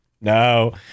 no